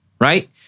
Right